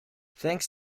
thanks